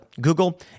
Google